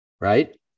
right